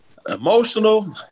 Emotional